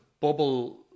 bubble